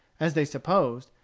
as they supposed,